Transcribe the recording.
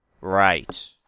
Right